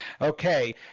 okay